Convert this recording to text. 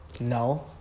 No